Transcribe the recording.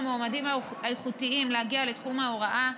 למועמדים האיכותיים להגיע לתחום ההוראה,